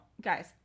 guys